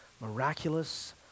miraculous